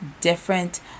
different